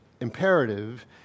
imperative